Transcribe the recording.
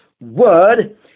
Word